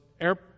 Air